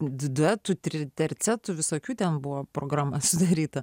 duetu tercetu visokių ten buvo programa sudaryta